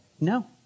No